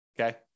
Okay